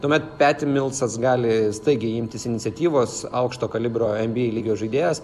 tuomet peti milsas gali staigiai imtis iniciatyvos aukšto kalibro nba lygio žaidėjas